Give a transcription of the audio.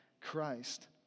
Christ